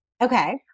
Okay